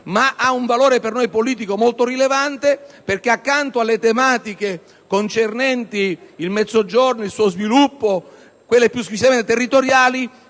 noi ha un valore politico molto rilevante. Accanto alle tematiche concernenti il Mezzogiorno e il suo sviluppo e a quelle più squisitamente territoriali,